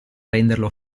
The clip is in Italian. renderlo